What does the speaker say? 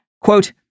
Quote